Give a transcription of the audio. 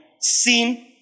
sin